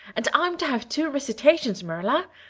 and i'm to have two recitations, marilla.